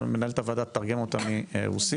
מנהלת הוועדה תתרגם אותה מרוסית.